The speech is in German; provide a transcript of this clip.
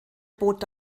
bot